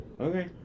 Okay